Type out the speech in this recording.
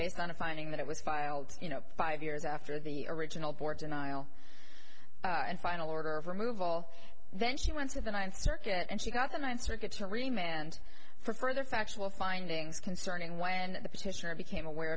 based on a finding that it was filed you know five years after the original board denial and final order of removal then she went to the ninth circuit and she got the ninth circuit to remain and for further factual findings concerning when the petitioner became aware